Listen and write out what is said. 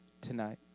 tonight